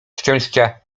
szczęścia